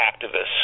activists